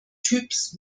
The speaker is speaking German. typs